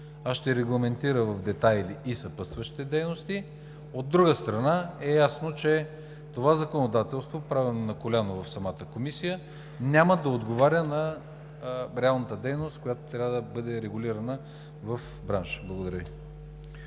а ще регламентира в детайли и съпътстващите дейности, от друга страна, е ясно, че това законодателство, правено на коляно в самата Комисия, няма да отговаря на реалната дейност, която трябва да бъде регулирана в бранша. Благодаря Ви.